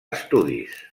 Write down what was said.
estudis